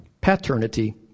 Paternity